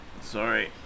sorry